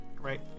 right